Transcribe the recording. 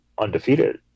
undefeated